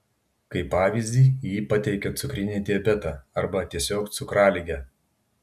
kaip pavyzdį ji pateikia cukrinį diabetą arba tiesiog cukraligę